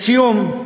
לסיום,